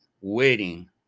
waiting